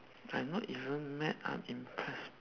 I'm not even mad I'm impressed